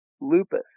lupus